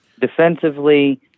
Defensively